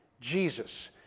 Jesus